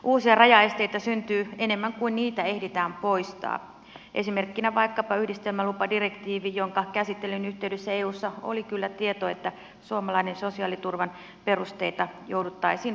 uusia rajaesteitä syntyy enemmän kuin niitä ehditään poistaa esimerkkinä vaikkapa yhdistelmälupadirektiivi jonka käsittelyn yhteydessä eussa oli kyllä tieto että suomalaisen sosiaaliturvan perusteita jouduttaisiin perustavanlaatuisesti muuttamaan